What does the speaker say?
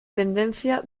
tendencia